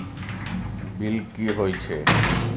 Bill की हौए छै?